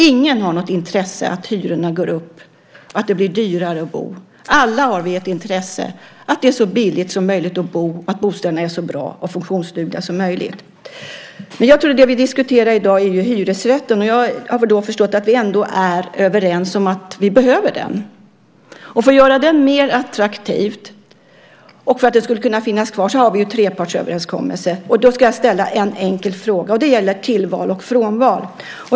Ingen har något intresse av att hyrorna går upp och det blir dyrare att bo. Alla har vi ett intresse av att det är så billigt som möjligt att bo och att bostäderna är så bra och funktionsdugliga som möjligt. Det vi diskuterar i dag är ju hyresrätten. Jag har förstått att vi ändå är överens om att vi behöver den. För att göra den mer attraktiv och för att den ska kunna finnas kvar har vi trepartsöverenskommelsen. Jag ska ställa en enkel fråga om tillval och frånval.